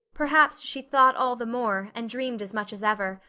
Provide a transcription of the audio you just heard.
perhaps she thought all the more and dreamed as much as ever,